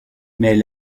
mais